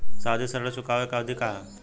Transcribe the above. सावधि ऋण चुकावे के अवधि का ह?